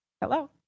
Hello